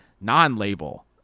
non-label